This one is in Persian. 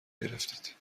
گرفتید